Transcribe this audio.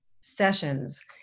sessions